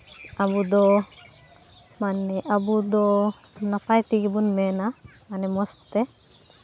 ᱟᱵᱚ ᱫᱚ ᱢᱟᱹᱱᱢᱤ ᱟᱵᱚ ᱫᱚ ᱱᱟᱯᱟᱭ ᱛᱮᱜᱮ ᱵᱚᱱ ᱢᱮᱱᱟ ᱢᱟᱱᱮ ᱢᱚᱡᱽ ᱛᱮ